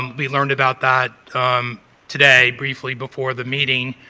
we learned about that today briefly before the meeting.